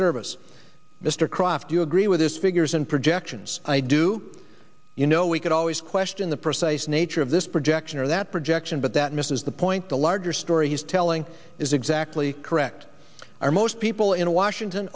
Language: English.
service mr kroft do you agree with his figures and projections i do you know we could always question the precise nature of this projection or that projection but that misses the point the larger story is telling is exactly correct or most people in washington